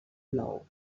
nou